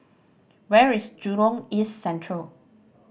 where is Jurong East Central